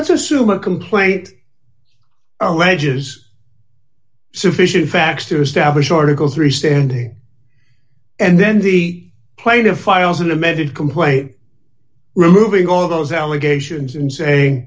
let's assume a complaint alleges sufficient facts to establish article three standing and then the plate of files an amended complaint removing all those allegations and say